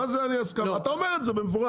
אתה אומר את זה במפורש.